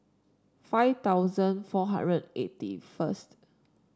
five thousand four hundred eighty first